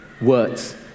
words